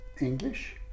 English